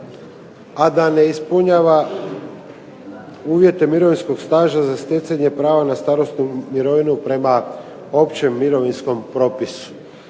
a da ne ispunjava uvjete mirovinskog staža za stjecanje prava na starosnu mirovinu prema Općem mirovinskom propisu.